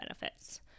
benefits